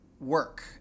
work